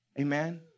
Amen